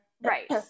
Right